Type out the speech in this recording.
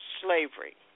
slavery